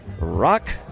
Rock